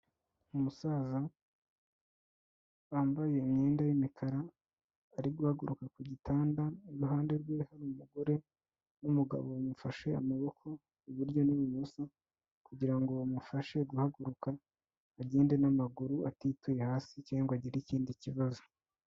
Umusaza wambaye imyenda y'imikara, ari guhaguruka ku gitanda, iruhande rwe hari umugore n'umugabo bamufashe amaboko iburyo n'ibumoso kugira ngo bamufashe guhaguruka, agende n'amaguru, atituye hasi cyangwa ngo agire ikindi kibazo.